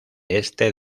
este